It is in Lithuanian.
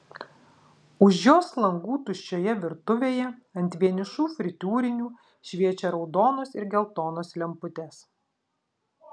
už jos langų tuščioje virtuvėje ant vienišų fritiūrinių šviečia raudonos ir geltonos lemputės